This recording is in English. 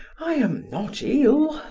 i am not ill.